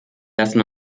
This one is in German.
lassen